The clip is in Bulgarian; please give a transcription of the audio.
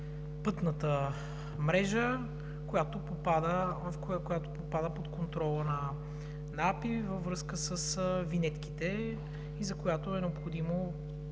пътната мрежа, която попада под контрола на АПИ във връзка с винетките и за която е необходимо